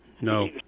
No